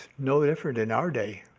no different in our day.